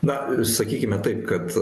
na sakykime taip kad